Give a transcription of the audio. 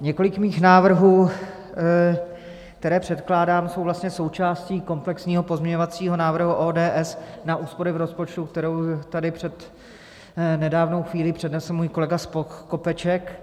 Několik mých návrhů, které předkládám, je vlastně součástí komplexního pozměňovacího návrhu ODS na úspory v rozpočtu, který tady před nedávnou chvílí přednesl můj kolega Skopeček,